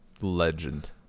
legend